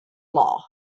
law